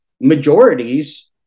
majorities